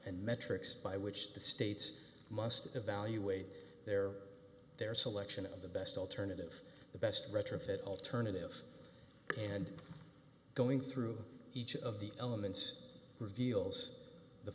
and metrics by which the states must evaluate their their selection of the best alternative the best retrofit alternative and going through each of the elements reveals the